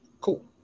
Cool